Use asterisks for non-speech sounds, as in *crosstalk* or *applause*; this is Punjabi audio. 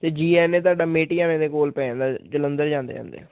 ਅਤੇ ਜੀ ਐੱਨ ਏ ਤੁਹਾਡਾ *unintelligible* ਦੇ ਕੋਲ ਪੈ ਜਾਂਦਾ ਜਲੰਧਰ ਜਾਂਦੇ ਜਾਂਦੇ